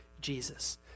Jesus